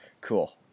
cool